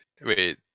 wait